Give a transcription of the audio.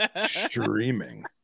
streaming